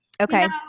Okay